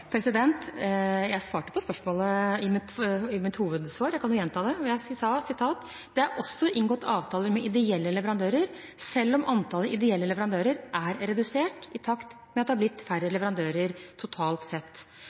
Jeg svarte på spørsmålet i mitt hovedsvar, jeg kan gjenta det. Jeg sa at det også er inngått avtaler med ideelle leverandører, selv om antallet ideelle leverandører er redusert i takt med at det har blitt færre leverandører totalt sett.